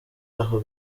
ako